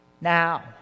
Now